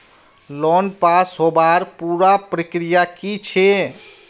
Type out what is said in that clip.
Loan pass होबार पुरा प्रक्रिया की छे?